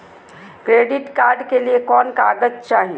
Credit card के लिए कौन कागज चाही?